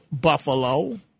Buffalo